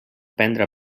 prendre